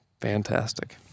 fantastic